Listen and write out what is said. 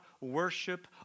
worship